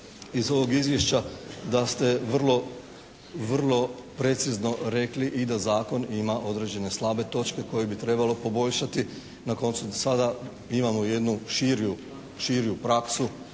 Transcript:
iz ovog Izvješća da ste vrlo, vrlo precizno rekli i da zakon ima određene slabe točke koje bi trebalo poboljšati. Na koncu sada imamo jednu širju praksu